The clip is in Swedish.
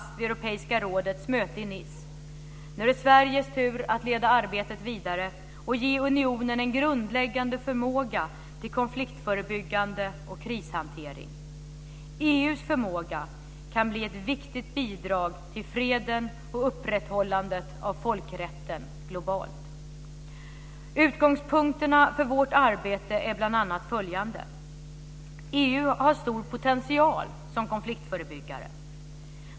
Europeiska rådets möte i Nice. Nu är det Sveriges tur att leda arbetet vidare och ge unionen en grundläggande förmåga till konfliktförebyggande och krishantering. EU:s förmåga kan bli ett viktigt bidrag till freden och upprätthållandet av folkrätten globalt. Utgångspunkterna för vårt arbete är bl.a. följande: EU har stor potential som konfliktförebyggare.